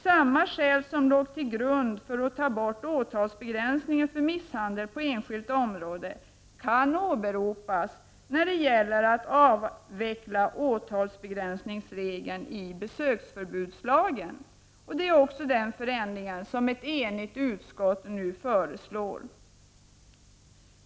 Samma skäl som låg till grund för att ta bort åtalsbegränsningen för misshandel på enskilt område kan åberopas när det gäller att avveckla åtalsbegränsningsregeln i besöksförbudslagen. Det är också den förändringen som ett enigt utskott nu föreslår.